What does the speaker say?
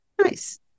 Nice